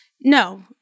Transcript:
No